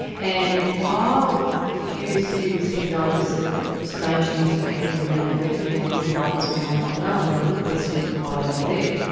and while a few students had noticed that strange things were happening around the webcam, little lights were going on, no-one really questioned why they were there,